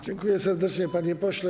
Dziękuję serdecznie, panie pośle.